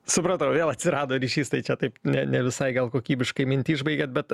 supratau vėl atsirado ryšys tai čia taip na ne visai gal kokybiškai mintį išbaigiate bet